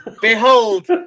behold